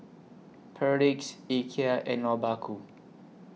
Perdix Ikea and Obaku